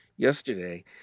Yesterday